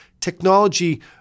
technology